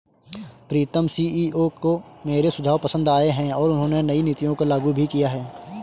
प्रीतम CEO को मेरे सुझाव पसंद आए हैं और उन्होंने नई नीतियों को लागू भी किया हैं